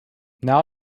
now